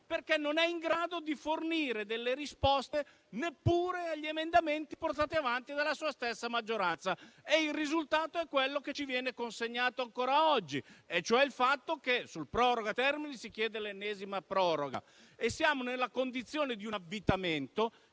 che non è in grado di fornire risposte neppure agli emendamenti portati avanti dalla sua stessa maggioranza. Il risultato è quello che ci viene consegnato ancora oggi e cioè il fatto che sul proroga termini si chiede l'ennesima proroga e siamo nella condizione di un avvitamento